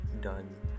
done